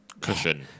cushion